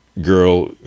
girl